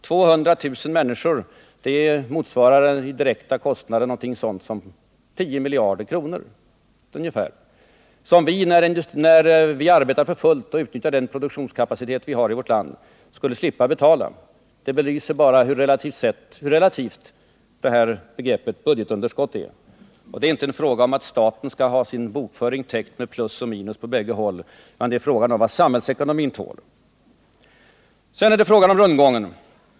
200 000 människor motsvarar i direkta kostnader ungefär 10 miljarder kronor, som vi när vi arbetar för fullt och utnyttjar den produktionskapacitet vi har i vårt land skulle slippa betala. Det belyser bara hur relativt det här begreppet budgetunderskott är. Det är inte en fråga om att staten skall ha sin bokföring täckt med plus och minus på bägge håll, utan det är fråga om vad samhällsekonomin tål. Sedan gäller det rundgången.